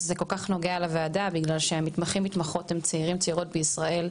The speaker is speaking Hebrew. זה נוגע לוועדה בגלל שהמתמחים והמתמחות הם צעירים וצעירות בישראל,